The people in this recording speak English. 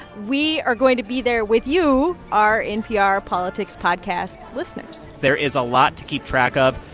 we are going to be there with you, our npr politics podcast listeners there is a lot to keep track of.